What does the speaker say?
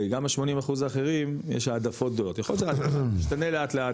וגם ה-80% האחרים יש העדפות גדולות יכול שזה ישתנה לאט לאט